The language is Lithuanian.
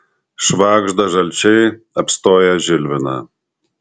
švagžda žalčiai apstoję žilviną